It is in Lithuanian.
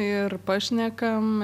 ir pašnekam